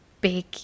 big